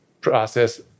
process